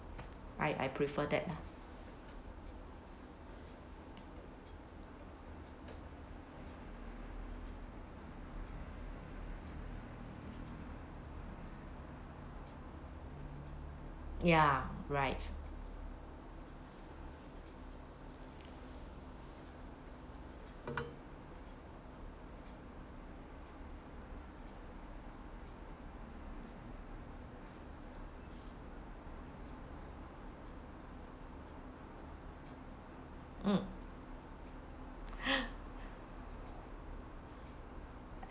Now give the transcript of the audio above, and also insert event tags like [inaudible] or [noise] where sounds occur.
I I prefer that ya right mm [laughs]